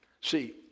See